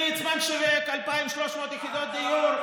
ליצמן שיווק 2,300 יחידות דיור,